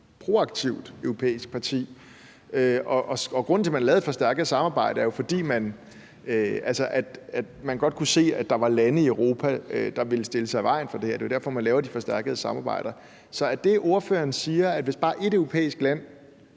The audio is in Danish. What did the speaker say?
proaktivt europæisk parti. Grunden til, at man lavede et forstærket samarbejde, er jo, at man godt kunne se, at der var lande i Europa, der ville stille sig i vejen for det her. Det er jo derfor, man laver de forstærkede samarbejder. Så siger ordføreren, at hvis bare ét europæisk land